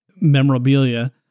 memorabilia